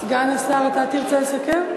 סגן השר, אתה תרצה לסכם?